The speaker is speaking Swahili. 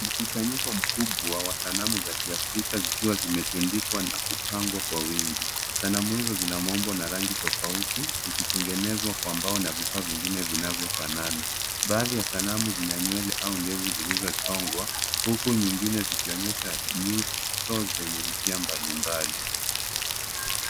Mkusanyiko mkubwa wa sanamu za kiafrika zikiwa zimetundikwa na kupangwa kwa wingi ,sanamu hizo zina maumbo na rangi tofauti zikitengenezwa kwa mbao na vifaa vingine vinavyofanana, baadhi ya sanamu zina nywele au ndevu zilizochongwa huku nyingine zikionyesha zenye hisia mbalimbali.